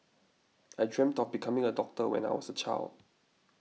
I dreamt of becoming a doctor when I was a child